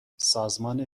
سازمان